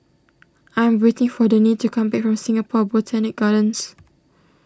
I am waiting for Danae to come back from Singapore Botanic Gardens